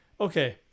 okay